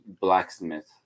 blacksmith